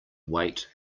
wait